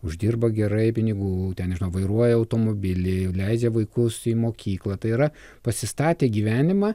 uždirba gerai pinigų ten nežinau vairuoja automobilį leidžia vaikus į mokyklą tai yra pasistatė gyvenimą